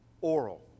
oral